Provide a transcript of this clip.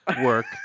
work